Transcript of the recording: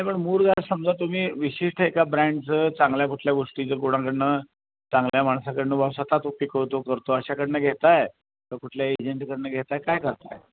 नाही पण मूरघास समजा तुम्ही विशिष्ट एका ब्रँडचं चांगल्या कुठल्या गोष्टीचं कोणाकडून चांगल्या माणसाकडून बा स्वत तो पिकवतो करतो अशाकडून घेताय का कुठल्या एजंटकडून घेताय काय करताय